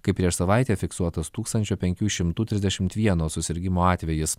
kai prieš savaitę fiksuotas tūkstančio penkių šimtų trisdešimt vieno susirgimo atvejis